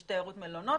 יש קצת תיירות מלונות,